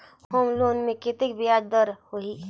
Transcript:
Home loan मे कतेक ब्याज दर होही?